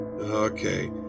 Okay